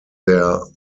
their